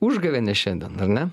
užgavėnės šiandien ar ne